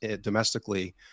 domestically